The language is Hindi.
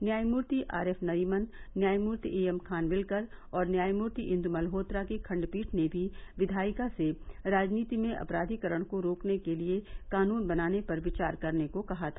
न्यायमूर्ति आरएफ नरीमन न्यायमूर्ति एएम खानविल्कर और न्यायमूर्ति इंदु मल्होत्रा की खंडपीठ ने भी विधायिका से राजनीति में अपराधीकरण को रोकने के लिए कानून बनाने पर विचार करने को कहा था